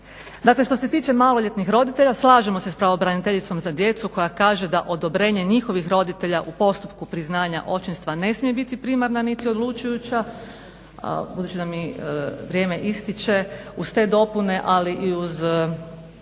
Dakle, što se tiče maloljetnih roditelja, slažemo se sa pravobraniteljicom za djecu koja kaže da odobrenje njihovih roditelja u postupku priznanja očinstva ne smije biti primarna niti odlučujuća. Budući da mi vrijeme ističe uz te dopune ali i uz